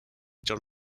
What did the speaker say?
john